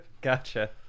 Gotcha